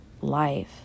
life